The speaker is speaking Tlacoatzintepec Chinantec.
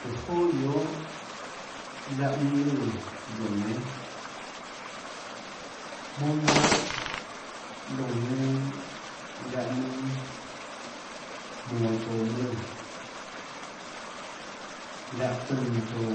Tùhå joà guiohà liáhã mønâ lùã guióå nénâ mónà jnanhà liónã neinâ liáhã mønâ monå tsouã mønâ lùã liáhã tønã tsouã